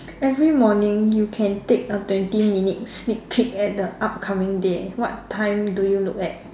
every morning you can take a twenty minute sneak peak at the upcoming day what time do you look at